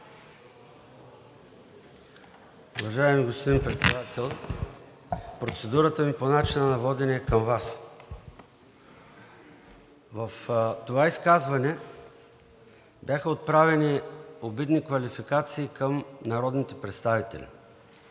Уважаеми господин Председател, процедурата ми по начина на водене е към Вас. В това изказване бяха отправени обидни квалификации към народните представители.